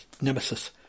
Nemesis